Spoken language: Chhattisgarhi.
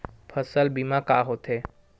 फसल बीमा का होथे?